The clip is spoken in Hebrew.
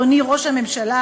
אדוני ראש הממשלה,